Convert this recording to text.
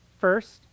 First